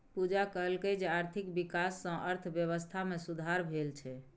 पूजा कहलकै जे आर्थिक बिकास सँ अर्थबेबस्था मे सुधार भेल छै